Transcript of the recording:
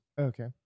Okay